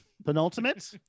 Penultimate